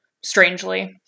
strangely